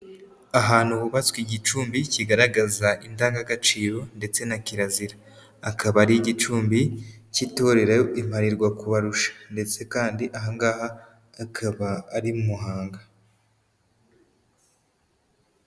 Ahantu hubatswe igicumbi kigaragaza indangagaciro ndetse na kirazira, akaba ari igicumbi cy'itorero Imparirwakubarusha ndetse kandi aha ngaha akaba ari i Muhanga.